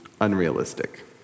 unrealistic